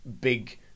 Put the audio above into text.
big